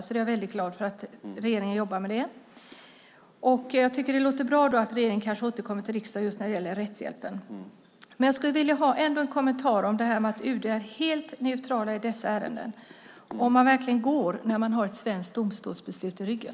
Jag är väldigt glad för att regeringen jobbar med det. Det låter bra att regeringen kanske återkommer till riksdagen när det gäller rättshjälpen. Men jag skulle ändå vilja ha en kommentar om det här med att UD är helt neutralt i dessa ärenden, om det verkligen går när man har ett svenskt domstolsbeslut i ryggen.